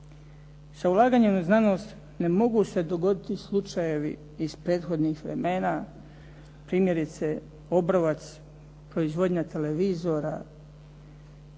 Sa ulaganjem u znanost ne mogu se dogoditi slučajevi iz prethodnih vremena, primjerice Obrovac proizvodnja televizora